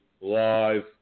live